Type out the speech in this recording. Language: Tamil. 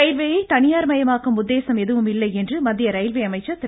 ரயில்வேயை தனியார் மயமாக்கும் உத்தேசம் எதுவும் இல்லை என்று மத்திய ரயில்வே அமைச்சர் திரு